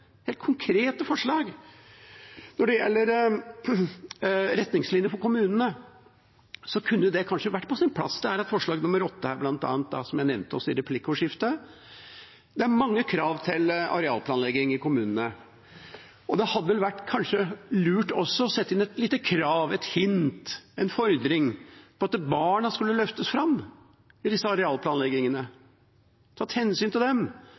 helt konkrete forslag. Når det gjelder retningslinjer for kommunene, kunne det kanskje vært på sin plass. Det gjelder forslag nr. 8, bl.a., som jeg også nevnte i replikkordskiftet. Det er mange krav til arealplanlegging i kommunene, og det hadde kanskje vært lurt å sette inn et lite krav, et hint, en fordring om at barna skulle løftes fram i disse arealplanleggingene, at det skulle tas hensyn til dem.